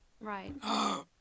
Right